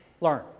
Learn